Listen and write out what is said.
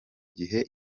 gihe